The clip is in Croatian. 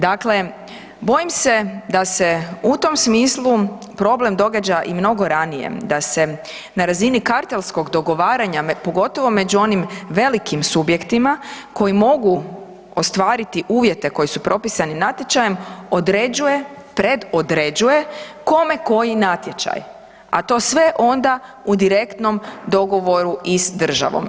Dakle, bojim se da se u tom smislu problem događa i mnogo ranije, da se na razini kartelskog dogovaranja, pogotovo među onim velikim subjektima koji mogu ostvariti uvjete koji su propisani natječajem određuje pred određuje kome koji natječaj, a to sve onda u direktnom dogovoru i s državom.